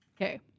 Okay